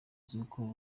z’uko